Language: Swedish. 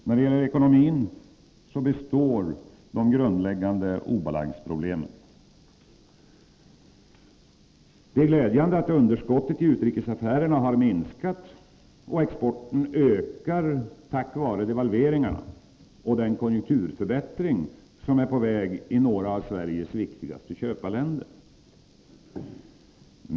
När det gäller ekonomin består de grundläggande obalansproblemen. Det är glädjande att underskottet i utrikesaffärerna har minskat. Exporten ökar tack vare devalveringarna och den konjunkturförbättring som är på väg i några av Sveriges viktigaste köparländer.